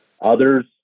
others